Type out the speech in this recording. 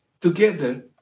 together